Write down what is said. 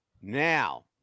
now